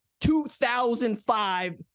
2005